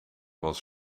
was